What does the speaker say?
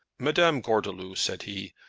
madame gordeloup, said he,